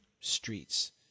streets